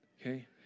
okay